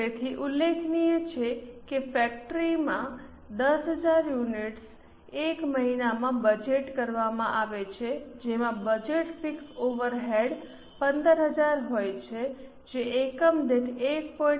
તેથી ઉલ્લેખનીય છે કે ફેક્ટરીમાં 10000 યુનિટ્સ એક મહિનામાં બજેટ કરવામાં આવે છે જેમાં બજેટ ફિક્સ ઓવરહેડ્સ 15000 હોય છે જે એકમ દીઠ 1